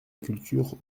culture